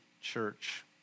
church